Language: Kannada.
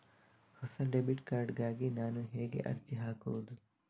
ಹೊಸ ಡೆಬಿಟ್ ಕಾರ್ಡ್ ಗಾಗಿ ನಾನು ಹೇಗೆ ಅರ್ಜಿ ಹಾಕುದು?